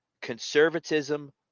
conservatism